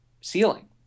ceiling